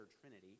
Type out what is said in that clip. trinity